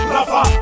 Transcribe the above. Rafa